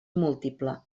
múltiple